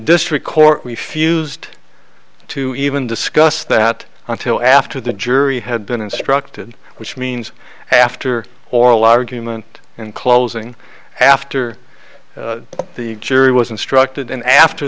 district court we fused to even discuss that until after the jury had been instructed which means after oral argument and closing after the jury was instructed and after